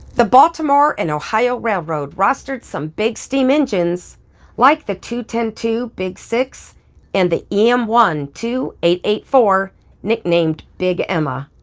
the baltimore and ohio railroad rostered some big steam engines like the two ten two, big six and the em one, a two eight eight four nicknamed big emma.